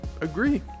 agree